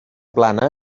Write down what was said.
plana